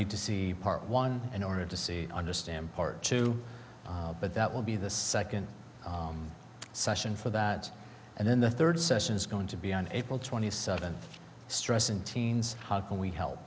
need to see part one in order to see understand part two but that will be the second session for that and then the third session is going to be on april twenty seventh stress in teens how can we help